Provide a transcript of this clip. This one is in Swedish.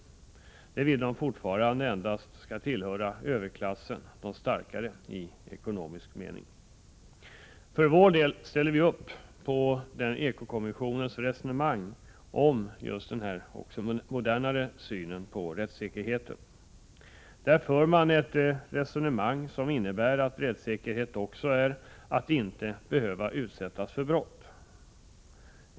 De vill att dessa rättigheter fortfarande endast skall tillhöra överklassen, de starkare, i ekonomisk mening. För vår del ställer vi upp på eko-kommissionens resonemang om en modernare syn på rättssäkerheten. Där för man ett resonemang som innebär att rättssäkerhet också är att inte behöva utsättas för brott.